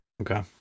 okay